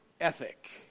ethic